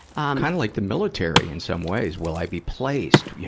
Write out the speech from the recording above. and like the military in some ways will i be placed? yeah